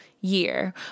year